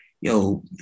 yo